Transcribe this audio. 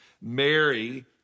Mary